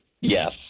Yes